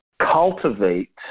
cultivate